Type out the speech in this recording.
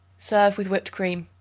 serve with whipped cream.